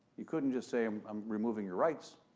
you couldn't just say, i'm um removing your rights.